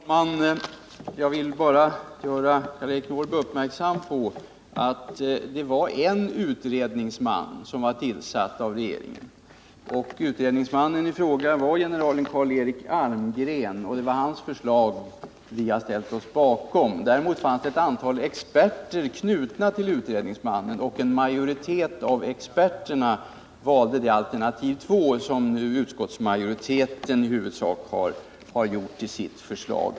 Herr talman! Jag vill bara göra Karl-Eric Norrby uppmärksam på att det var en utredningsman som var tillsatt av regeringen. Utredningsmannen i fråga var generalen Carl Eric Almgren, och det är hans förslag vi ställt oss bakom. Däremot fanns det ett antal experter knutna till utredningsmannen, och en majoritet av experterna valde det alternativ 2 som nu utskottsmajoriteten i huvudsak gjort till sitt förslag.